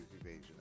evasion